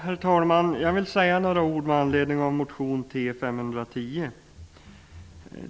Herr talman! Jag vill säga några ord med anledning av motion T510.